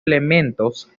elementos